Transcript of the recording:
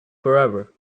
forever